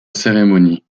cérémonie